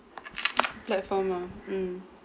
platform mah mm